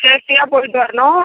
சேஃப்ட்டியாக போய்ட்டு வரணும்